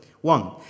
One